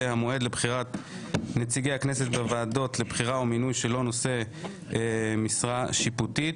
המועד לבחירת נציגי הכנסת בוועדות לבחירה או מינוי של נושאי משרה שיפוטית.